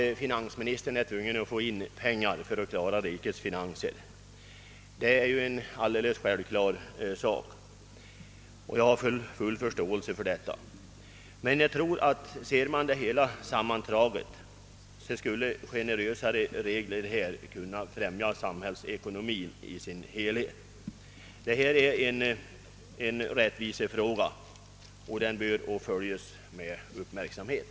Finansministern måste givetvis skaffa pengar för att klara rikets finanser. Jag har full förståelse för det. Men om man ser saken i stort, tror jag att mera generösa regler skulle främja samhällsekonomin i dess helhet. Detta är en rättvisefråga, och den bör följas med uppmärksamhet.